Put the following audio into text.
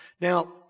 Now